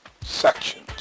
Sections